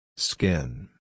Skin